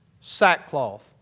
sackcloth